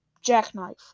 jackknife